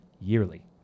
yearly